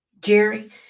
Jerry